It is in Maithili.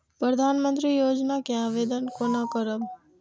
प्रधानमंत्री योजना के आवेदन कोना करब?